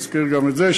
נזכיר גם את זה,